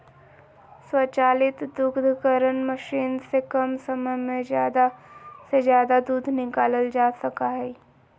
स्वचालित दुग्धकरण मशीन से कम समय में ज़्यादा से ज़्यादा दूध निकालल जा सका हइ